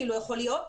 אפילו יכול להיות,